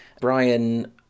Brian